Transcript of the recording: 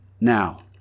Now